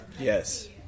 Yes